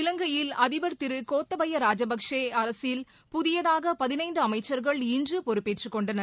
இவங்கையில் அதிபர் திரு கோத்தபயா ராஜபக்சே அரசில் புதியதாக பதினைந்து அமைச்சர்கள் இன்று பொறுப்பேற்றுக்கொண்டனர்